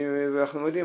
ואנחנו יודעים,